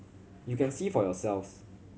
you can see for yourselves